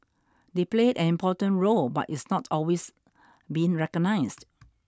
they played an important role but it's not always been recognised